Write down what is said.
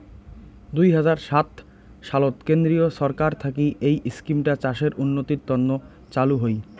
দুই হাজার সাত সালত কেন্দ্রীয় ছরকার থাকি এই ইস্কিমটা চাষের উন্নতির তন্ন চালু হই